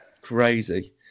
crazy